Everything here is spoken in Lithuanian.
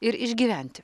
ir išgyventi